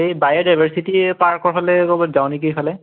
এই বায়'ডাইভাৰ্চিটি পাৰ্কৰ ফালে ক'ৰবাত যাওঁ নেকি এইফালে